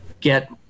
get